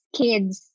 kids